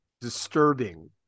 Disturbing